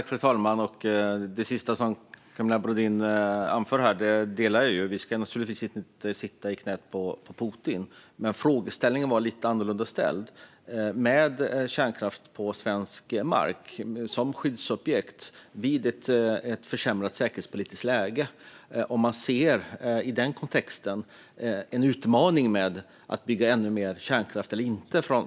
Fru talman! Det sista som Camilla Brodin anförde delar jag synen på. Vi ska naturligtvis inte sitta i knät på Putin, men frågeställningen var lite annorlunda. När det gäller kärnkraftverk, som ju är skyddsobjekt, på svensk mark och i ett försämrat säkerhetspolitiskt läge undrar jag om man från Kristdemokraterna i den kontexten ser en utmaning med att bygga ännu mer kärnkraft eller inte.